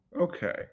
okay